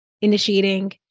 initiating